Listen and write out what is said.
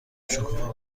شکوفا